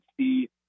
see